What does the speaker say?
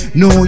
no